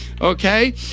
Okay